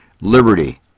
Liberty